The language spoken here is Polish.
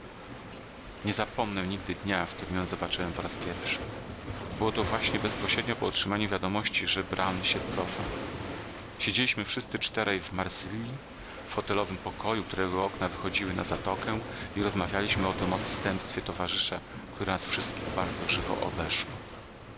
nie zapomnę nigdy dnia w którym ją zobaczyłem po raz pierwszy było to właśnie bezpośrednio po otrzymaniu wiadomości że braun się cofa siedzieliśmy wszyscy czterej w marsylji w hotelowym pokoju którego okna wychodziły na zatokę i rozmawialiśmy o tym odstępstwie towarzysza które nas wszystkich bardzo żywo obeszło